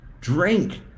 drink